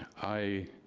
i